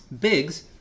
Biggs